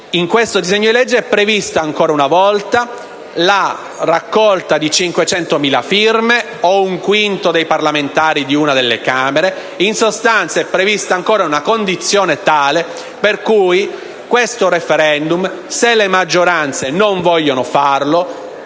in più di una occasione, è prevista ancora una volta la raccolta di 500.000 firme o di un quinto dei parlamentari di una delle due Camere: in sostanza è prevista ancora una condizione tale per cui questo *referendum*, se le maggioranze non vogliono farlo,